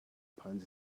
puns